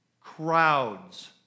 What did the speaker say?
Crowds